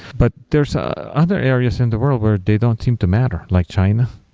but there so are other areas in the world where they don't seem to matter, like china.